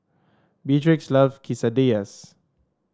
Beatrix love Quesadillas